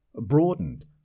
broadened